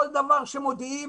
כל דבר שמודיעים,